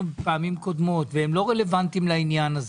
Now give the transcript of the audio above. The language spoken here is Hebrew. בפעמים קודמות והדברים לא רלוונטיים לעניין הזה.